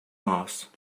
mars